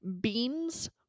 beans